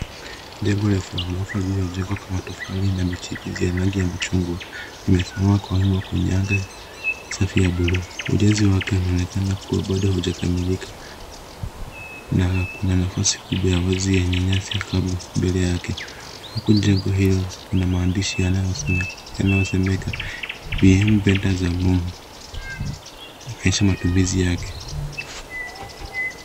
Jengo refu la ghorofa lililojengwa kwa matofali na michirizi ya rangi ya chungwa, limesimama kwa wima kwenye anga safi ya blue . Ujenzi wake unaonekana kuwa bado haujakamilika na kuna nafasi kubwa ya wazi yenye nyasi kavu mbele yake. Huku jengo hili lina maandishi yanayosemeka BM Venuezaburil ikionyesha matumizi yake.